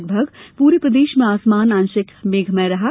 लगभग पूरे प्रदेश में आसमान आंशिक मेघमय रहा